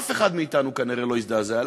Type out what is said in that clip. אף אחד מאתנו, כנראה, לא יזדעזע.